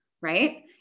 right